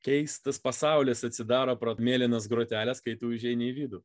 keistas pasaulis atsidaro pro mėlynas groteles kai tu užeini į vidų